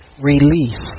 release